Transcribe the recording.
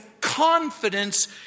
confidence